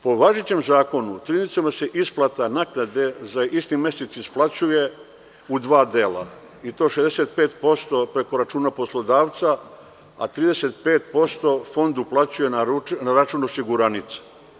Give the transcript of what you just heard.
Po važećem zakonu trudnicama se isplata naknade za isti mesec isplaćuje u dva dela i to 65% preko računa poslodavca, a 35% fond uplaćuje na račun osiguranice.